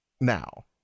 now